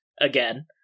again